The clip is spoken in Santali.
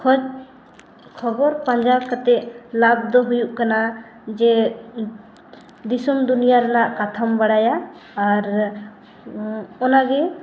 ᱠᱷᱚᱡᱽᱼᱠᱷᱚᱵᱚᱨ ᱯᱟᱸᱡᱟ ᱠᱟᱛᱮᱫ ᱞᱟᱵᱷ ᱫᱚ ᱦᱩᱭᱩᱜ ᱠᱟᱱᱟ ᱡᱮ ᱫᱤᱥᱚᱢ ᱫᱩᱱᱤᱭᱟᱹ ᱨᱮᱱᱟᱜ ᱠᱟᱛᱷᱟᱢ ᱵᱟᱲᱟᱭᱟ ᱟᱨ ᱚᱱᱟ ᱜᱮ